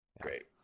Great